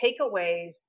takeaways